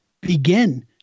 begin